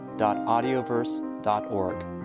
audioverse.org